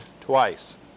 twice